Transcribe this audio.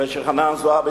וחנין זועבי,